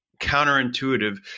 counterintuitive